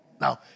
Now